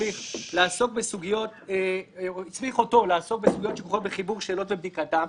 -- אותו לעסוק בסוגיות שכרוכות בחיבור שאלות ובדיקתן,